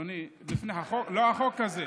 לא החוק הזה.